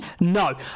No